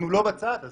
אנחנו לא בצעד הזה.